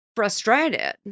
Frustrated